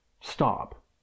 stop